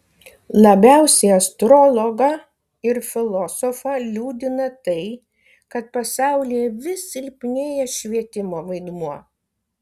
labiausiai astrologą ir filosofą liūdina tai kad pasaulyje vis silpnėja švietimo vaidmuo